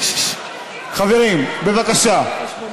חברים, בבקשה.